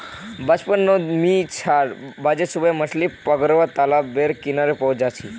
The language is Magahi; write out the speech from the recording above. बचपन नोत मि चार बजे सुबह मछली पकरुवा तालाब बेर किनारे पहुचे जा छी